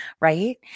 Right